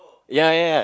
ya ya ya